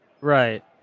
Right